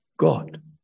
God